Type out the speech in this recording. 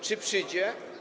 Czy przyjdzie?